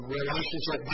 relationship